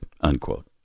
unquote